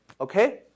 okay